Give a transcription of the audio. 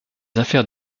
affaires